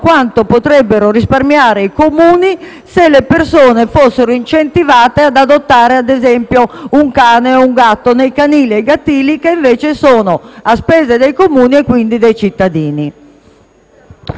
randagismo nel Centro-Sud - se le persone fossero incentivate ad adottare, ad esempio, un cane o un gatto nei canili o nei gattili, che invece sono a spese dei Comuni e quindi dei cittadini.